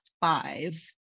five